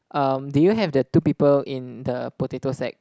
um do you have the two people in the potato side